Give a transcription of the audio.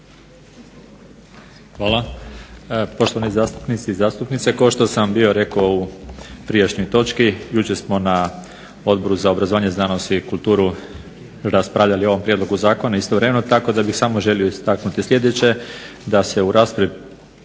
(IDS)** Poštovani zastupnici zastupnice, kao što sam rekao u prošloj točci jučer smo na Odboru za obrazovanje, znanost i kulturu raspravljali o ovom prijedlogu zakona istovremeno, tako da bih samo želio istaknuti sljedeće da se u raspravi